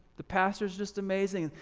the pastor is just amazing.